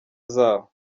zabo